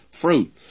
Fruit